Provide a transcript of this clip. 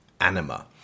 anima